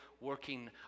working